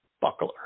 buckler